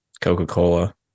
Coca-Cola